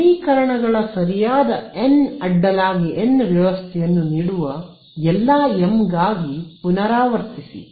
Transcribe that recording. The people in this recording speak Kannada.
ಸಮೀಕರಣಗಳ ಸರಿಯಾದ n ಅಡ್ಡಲಾಗಿ n ವ್ಯವಸ್ಥೆಯನ್ನು ನೀಡುವ ಎಲ್ಲಾ m ಗಾಗಿ ಪುನರಾವರ್ತಿಸಿ